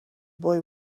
boy